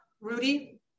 Rudy